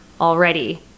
already